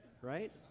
right